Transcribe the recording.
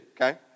okay